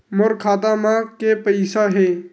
मोर खाता म के पईसा हे?